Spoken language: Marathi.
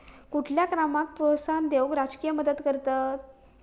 कुठल्या कामाक प्रोत्साहन देऊक राजकीय मदत करतत